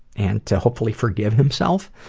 and to hopefully forgive himself.